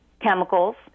chemicals